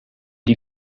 die